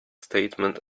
statement